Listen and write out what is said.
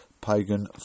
pagan